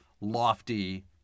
lofty